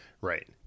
Right